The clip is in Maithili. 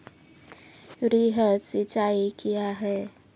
वृहद सिंचाई कया हैं?